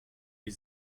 die